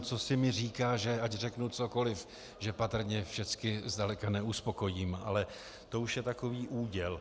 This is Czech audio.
Cosi mi říká, že ať řeknu cokoliv, patrně všechny zdaleka neuspokojím, ale to už je takový úděl.